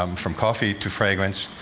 um from coffee to fragrance,